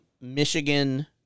Michigan